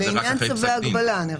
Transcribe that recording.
לעניין צווי הגבלה.